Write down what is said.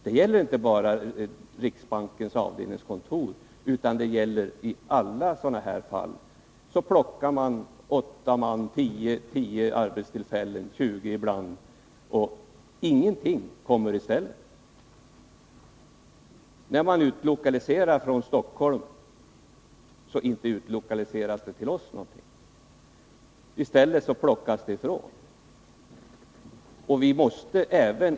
Det gäller inte bara riksbankens avdelningskontor. I alla sådana här fall plockar man bort 8-10 arbetstillfällen — i bland 20 —, och ingenting kommer i stället. När det utlokaliseras från Stockholm utlokaliseras ingenting till oss. I stället plockas det bort.